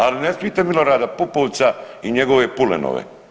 Ali ne smijete Milorada Pupovca i njegove pulenove.